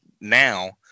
now